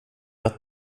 att